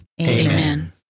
Amen